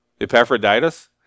Epaphroditus